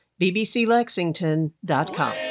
bbclexington.com